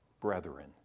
brethren